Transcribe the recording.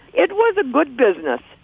it was a good business.